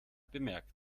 bemerkt